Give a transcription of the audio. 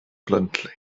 bluntly